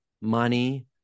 money